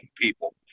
people